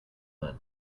then